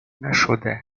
نشده